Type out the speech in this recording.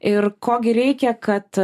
ir ko gi reikia kad